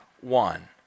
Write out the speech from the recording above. one